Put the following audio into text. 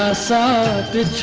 ah so good